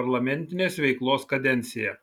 parlamentinės veiklos kadenciją